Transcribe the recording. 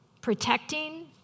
protecting